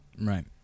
Right